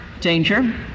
danger